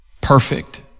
Perfect